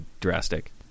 drastic